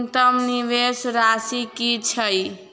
न्यूनतम निवेश राशि की छई?